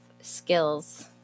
skills